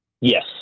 Yes